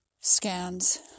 scans